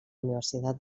universitat